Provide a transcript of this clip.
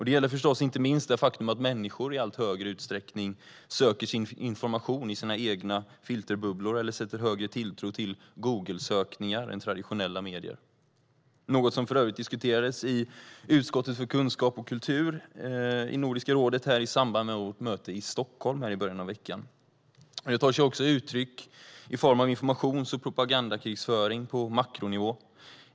Det gäller förstås inte minst det faktum att människor i allt högre utsträckning söker sin information i sina egna filterbubblor eller sätter högre tilltro till Googlesökningar än traditionella medier. Det var något som för övrigt diskuterades i utskottet för kunskap och kultur i Nordiska rådet under mötet i Stockholm i början av veckan. Detta tar sig också uttryck i form av informations och propagandakrigföring på makronivå.